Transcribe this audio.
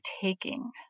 taking